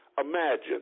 imagine